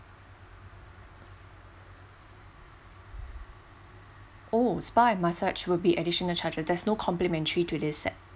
oh spa massage will be additional charges there's no complimentary to this set